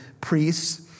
priests